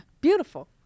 Beautiful